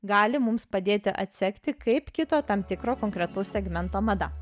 gali mums padėti atsekti kaip kito tam tikro konkretaus segmento mada